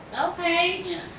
Okay